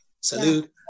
salute